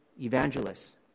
evangelists